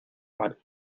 mal